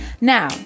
Now